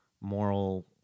moral